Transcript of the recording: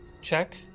check